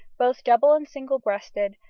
both double and single breasted,